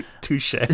Touche